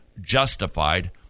justified